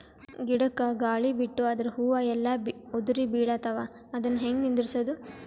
ಗಿಡಕ, ಗಾಳಿ ಬಿಟ್ಟು ಅದರ ಹೂವ ಎಲ್ಲಾ ಉದುರಿಬೀಳತಾವ, ಅದನ್ ಹೆಂಗ ನಿಂದರಸದು?